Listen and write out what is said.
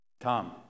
Tom